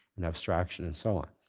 and abstraction, and so on.